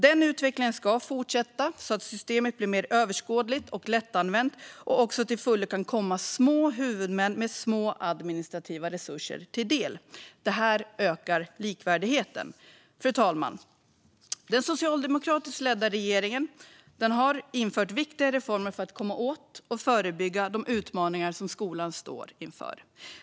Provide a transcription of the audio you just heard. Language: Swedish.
Den utvecklingen ska fortsätta så att systemet blir mer överskådligt och lättanvänt och också till fullo kan komma små huvudmän med små administrativa resurser till del. Detta ökar likvärdigheten. Fru talman! Den socialdemokratiskt ledda regeringen har infört viktiga reformer för att komma åt och förebygga de utmaningar skolan står inför.